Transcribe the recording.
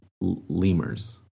lemurs